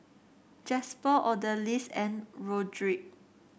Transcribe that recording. Jasper Odalys and Roderic